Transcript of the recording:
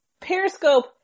Periscope